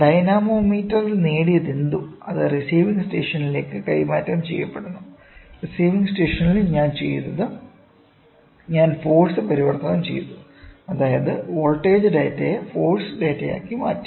ഡൈനാമോമീറ്ററിൽ നേടിയതെന്തും അത് റിസിവിങ് സ്റ്റേഷനിലേക്ക് കൈമാറ്റം ചെയ്യപ്പെടുന്നു റിസിവിങ് സ്റ്റേഷനിൽ ഞാൻ ചെയ്തത് ഞാൻ ഫോഴ്സ് പരിവർത്തനം ചെയ്തു അതായത് വോൾട്ടേജ് ഡാറ്റയെ ഫോഴ്സ് ഡാറ്റയാക്കി മാറ്റി